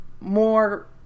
more